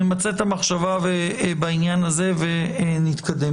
נמצה את המחשבה בעניין הזה ונתקדם.